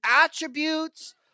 attributes